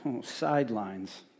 sidelines